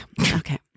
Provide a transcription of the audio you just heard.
Okay